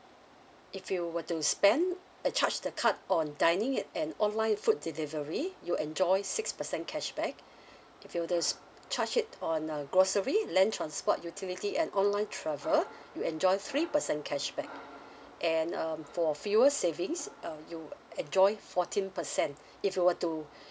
if you were to spend uh charge the card on dining and online food delivery you enjoy six percent cashback if you were to s~ charge it on uh grocery land transport utility and online travel you enjoy three percent cashback and um for fuel savings uh you enjoy fourteen percent if you were to